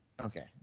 Okay